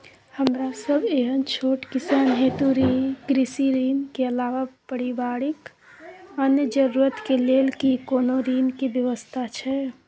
हमरा सब एहन छोट किसान हेतु कृषि ऋण के अलावा पारिवारिक अन्य जरूरत के लेल की कोनो ऋण के व्यवस्था छै?